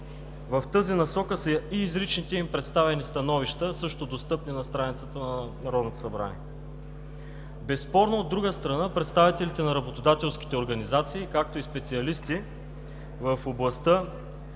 В тази насока са и изрично представените им становища, също достъпни на страницата на Народното събрание. Безспорно, от друга страна, представителите на работодателските организации, както и специалисти в областта,